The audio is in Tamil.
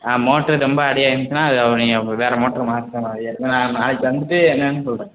ஆ மோட்டர் ரொம்ப அடி வாங்கிடுச்சுன்னா அது நீங்கள் வேறு மோட்டர் மாத்துகிற மாதிரி எதுக்குன்னா நான் நாளைக்கு வந்துவிட்டு என்னென்னு சொல்கிறேன்